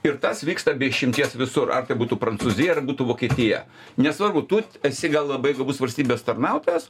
ir tas vyksta be išimties visur ar tai būtų prancūzija ar būtų vokietija nesvarbu tu esi gal labai gabus valstybės tarnautojas